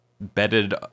bedded